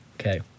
Okay